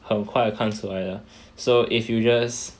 很快看出来的 so if you just